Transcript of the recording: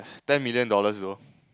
ten million dollars though